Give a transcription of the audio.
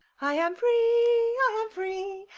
i am free, i am free,